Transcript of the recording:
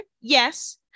Yes